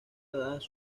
dadas